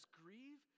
grieve